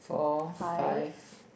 four five